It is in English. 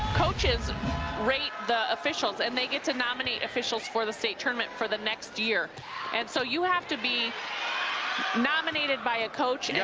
coaches rate the officials and they get to nominate officials for the state tournament for the next year and so you have to be nominated by a coach.